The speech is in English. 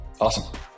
awesome